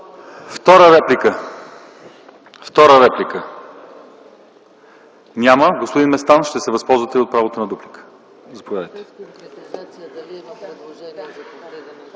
Втора реплика? Няма. Господин Местан, ще се възползвате ли от правото на дуплика?